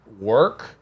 work